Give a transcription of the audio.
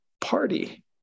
party